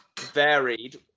varied